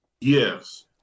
Yes